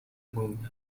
moon